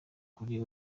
kuri